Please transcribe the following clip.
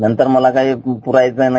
नंतर मला हे काही पुरवायचं नाही